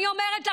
אני אומרת לכם,